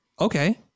okay